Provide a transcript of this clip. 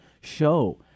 show